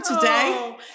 today